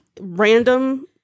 Random